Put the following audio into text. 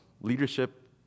leadership